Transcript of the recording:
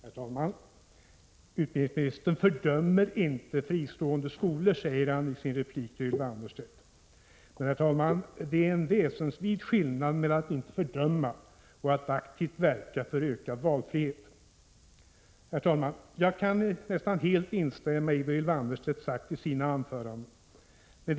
Herr talman! Utbildningsministern fördömer inte fristående skolor — det sade han i sin replik till Ylva Annerstedt. Det är emellertid en mycket stor skillnad mellan att inte fördöma och att aktivt verka för ökad valfrihet. Jag kan, herr talman, nästan helt instämma i vad Ylva Annerstedt sagt i sina anföranden.